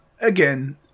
Again